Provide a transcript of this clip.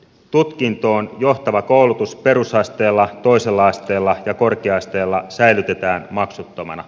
tutkintoon johtava koulutus perusasteella toisella asteella ja korkea asteella säilytetään maksuttomana